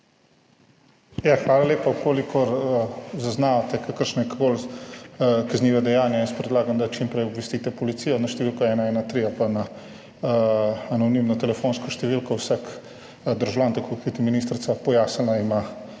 Hvala lepa. Če zaznavate kakršnakoli kazniva dejanja, jaz predlagam, da čim prej obvestite policijo na številko 113 ali pa na anonimno telefonsko številko. Vsak državljan, tako kot je ministrica pojasnila, ima